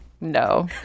No